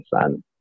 son